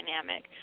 dynamic